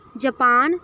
Japan